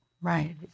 right